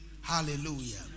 Hallelujah